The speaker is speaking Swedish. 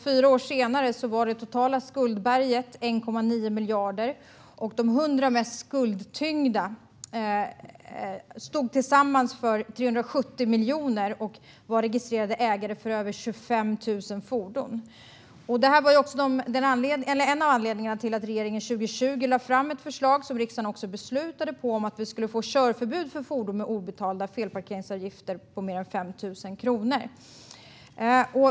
Fyra år senare var det totala skuldberget 1,9 miljarder, och de 100 mest skuldtyngda stod tillsammans för 370 miljoner och var registrerade ägare för över 25 000 fordon. Detta var en av anledningarna till att regeringen 2020 lade fram ett förslag, som riksdagen fattade beslut om, om att ge fordon med obetalda felparkeringsavgifter på mer än 5 000 kronor körförbud.